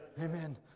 Amen